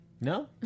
no